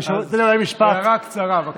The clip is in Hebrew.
אפשר להפעיל את זה, בבקשה?